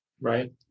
Right